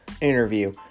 interview